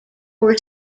were